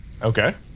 Okay